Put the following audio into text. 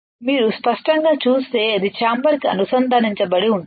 మీరు స్పష్టంగా చూస్తే అది ఛాంబర్ కి అనుసంధానించబడి ఉంటుంది